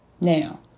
Now